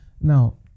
Now